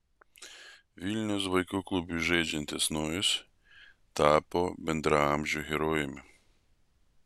vilniaus vaikų klube žaidžiantis nojus tapo bendraamžių herojumi